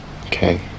Okay